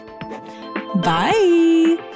Bye